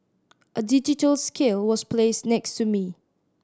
a digital scale was placed next to me